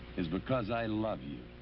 is because i love you,